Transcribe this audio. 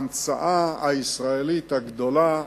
ההמצאה הישראלית הגדולה,